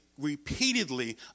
Repeatedly